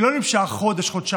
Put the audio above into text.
שלא נמשך חודש-חודשיים,